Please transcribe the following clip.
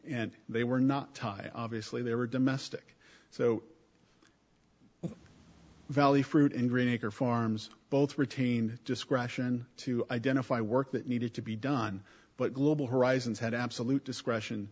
and they were not tie obviously they were domestic so valley fruit and green acre farms both retain discretion to identify work that needed to be done but global horizons had absolute discretion